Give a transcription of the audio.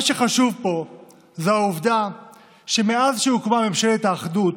מה שחשוב פה זו העובדה שמאז שהוקמה ממשלת האחדות,